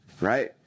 Right